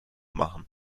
machen